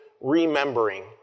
remembering